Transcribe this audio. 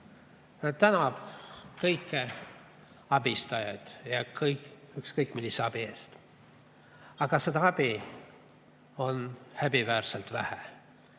tänab kõiki abistajaid ja ükskõik millise abi eest. Aga seda abi on häbiväärselt vähe.